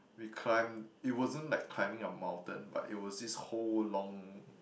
we climb it wasn't like climbing a mountain but it was this whole long